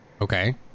okay